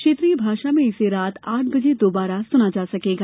क्षेत्रीय भाषा में इसे रात आठ बजे दोबारा सुना जा सकेगा